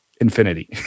infinity